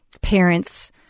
parents